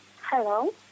Hello